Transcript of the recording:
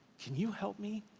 can you help me?